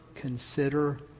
consider